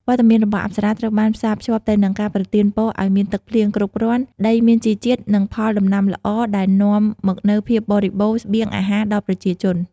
វត្តមានរបស់អប្សរាត្រូវបានផ្សារភ្ជាប់ទៅនឹងការប្រទានពរឲ្យមានទឹកភ្លៀងគ្រប់គ្រាន់ ដីមានជីជាតិ និងផលដំណាំល្អ ដែលនាំមកនូវភាពបរិបូរណ៍ស្បៀងអាហារដល់ប្រជាជន។